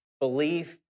belief